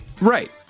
Right